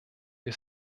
wir